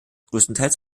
größtenteils